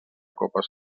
copes